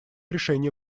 решения